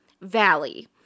valley